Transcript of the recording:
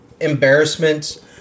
embarrassment